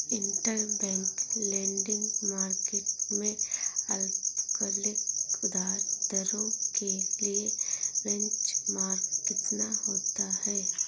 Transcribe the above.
Interbank lending market में अल्पकालिक उधार दरों के लिए बेंचमार्क कितना होता है?